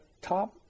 top